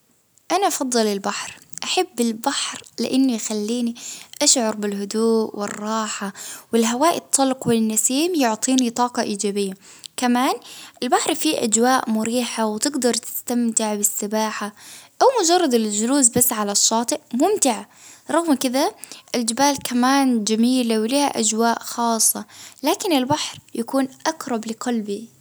أنا أفضل البحر أحب البحر لإنة يخليني أشعر بالهدوء والراحة والهواء الطلق، والنسيم يعطيني طاقة إيجابية، كمان في أجواء مريحة وتقدر تستمتع بالسباحة ،أو مجرد الجلوس بس على الشاطئ ممتع، رغم كذا الجبال كمان جميلة، ولها أجواء خاصة، لكن البحر يكون أقرب لقلبي